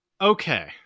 okay